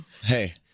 Hey